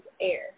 air